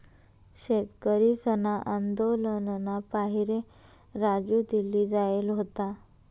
शेतकरीसना आंदोलनना पाहिरे राजू दिल्ली जायेल व्हता